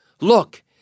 Look